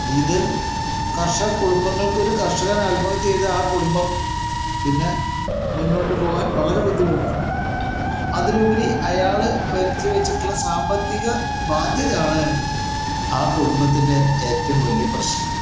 ഇത് കർഷക കുടുംബങ്ങൾക്ക് ഒരു കർഷകൻ ആത്മഹത്യ ചെയ്ത് ആ കുടുംബം പിന്നെ മുന്നോട്ട് പോകാൻ വളരെ ബുദ്ധിമുട്ടാണ് അതിലുപരി അയാള് വരുത്തി വെച്ചിട്ടുള്ള സാമ്പത്തിക ബാധ്യതയാണ് ആ കുടുംബത്തിൻ്റെ ഏറ്റവും വലിയ പ്രശനം